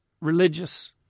religious